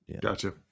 Gotcha